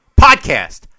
Podcast